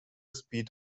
speed